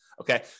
Okay